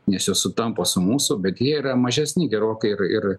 nes jos sutampa su mūsų bet jie yra mažesni gerokai ir ir